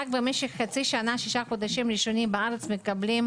קליטה רק במשך שישה חודשים ראשונים בארץ.